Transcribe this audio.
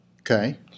Okay